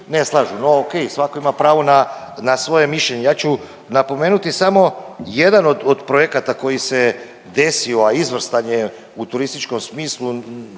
ne slažu, no o.k. svatko ima pravo na svoje mišljenje. Ja ću napomenuti samo jedan od projekata koji se desio, a izvrstan je u turističkom smislu